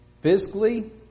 Physically